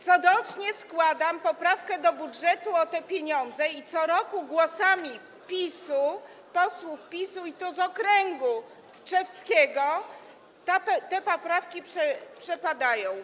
Corocznie składam poprawkę do budżetu o te pieniądze i co roku głosami posłów PiS-u, i to z okręgu tczewskiego, te poprawki przepadają.